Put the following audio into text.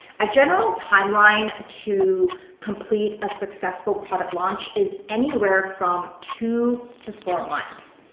a general timeline to complete a successful product launch is anywhere from two to four months.